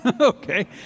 Okay